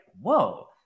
whoa